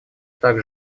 так